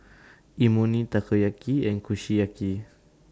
Imoni Takoyaki and Kushiyaki